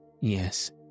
Yes